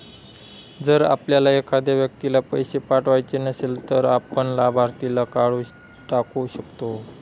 जर आपल्याला एखाद्या व्यक्तीला पैसे पाठवायचे नसेल, तर आपण लाभार्थीला काढून टाकू शकतो